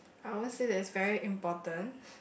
I won't say that it's very important